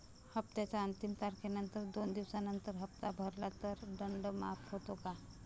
हप्त्याच्या अंतिम तारखेनंतर दोन दिवसानंतर हप्ता भरला तर दंड माफ होतो का?